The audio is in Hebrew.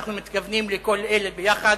אנחנו מתכוונים לכל אלה יחד.